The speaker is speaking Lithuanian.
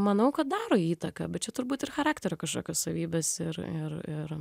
manau kad daro įtaką bet čia turbūt ir charakterio kažkokios savybės ir ir ir